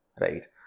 right